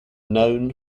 known